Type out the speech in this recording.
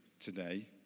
today